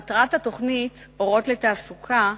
מטרת התוכנית "אורות לתעסוקה"